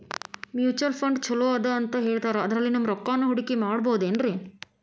Mutual fund ಛಲೋ ಅದಾ ಅಂತಾ ಹೇಳ್ತಾರ ಅದ್ರಲ್ಲಿ ನಮ್ ರೊಕ್ಕನಾ ಹೂಡಕಿ ಮಾಡಬೋದೇನ್ರಿ?